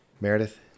Meredith